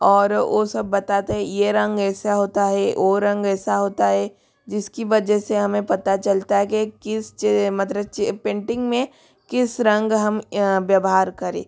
और वो सब बताते है ये रंग ऐसा होता है वो रंग ऐसा होता है जिसकी वजह से हमें पता चलता गया किस मतलब पेंटिंग में किस रंग हम व्यवहार करे